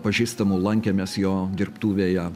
pažįstamu lankėmės jo dirbtuvėje